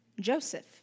Joseph